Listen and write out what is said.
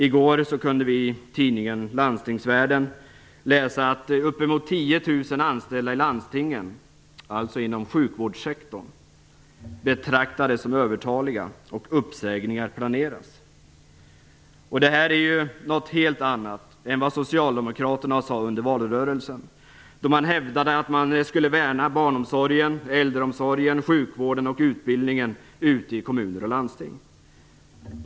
I går kunde vi i tidningen Landstingsvärlden läsa att uppemot 10 000 anställda i landstingen, alltså inom sjukvårdssektorn, betraktades som övertaliga och att uppsägningar planerades. Detta är något helt annat än vad Socialdemokraterna lovade under valrörelsen. Då hävdade man att man skulle värna barnomsorgen, äldreomsorgen, sjukvården och utbildningen i kommuner och landsting.